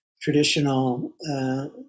traditional